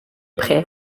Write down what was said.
près